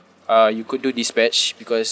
uh you could do dispatch because